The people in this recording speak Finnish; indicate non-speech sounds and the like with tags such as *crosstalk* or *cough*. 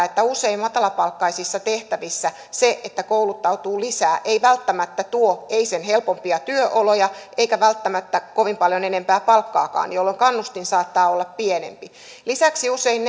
*unintelligible* että usein matalapalkkaisissa tehtävissä se että kouluttautuu lisää ei välttämättä tuo helpompia työoloja eikä välttämättä kovin paljon enempää palkkaakaan jolloin kannustin saattaa olla pienempi lisäksi usein *unintelligible*